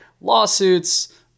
lawsuits